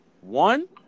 One